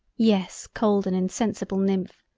yes, cold and insensible nymph,